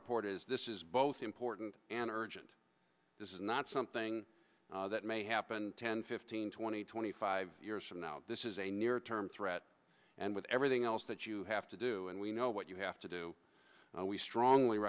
report is this is both important and urgent this is not something that may happen ten fifteen twenty twenty five years from now this is a near term threat and with everything else that you have to do and we know what you have to do we strongly